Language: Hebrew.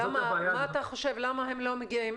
מה אתה חושב, למה הם לא מגיעים?